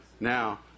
Now